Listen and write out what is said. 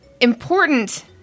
important